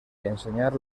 ensenyar